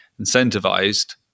incentivized